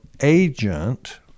agent